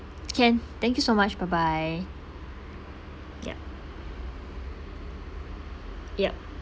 can thank you so much bye bye yup yup